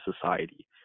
society